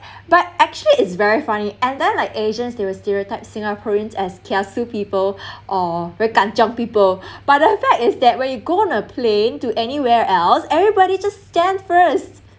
but actually it's very funny and then like asians they will stereotype singaporeans as kiasu people or very kan jiong people but the fact is that where you go on a plane to anywhere else everybody just stand first